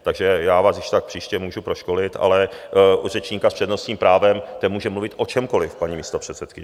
Takže já vás kdyžtak příště můžu proškolit, ale u řečníka s přednostním právem, ten může mluvit o čemkoliv, paní místopředsedkyně.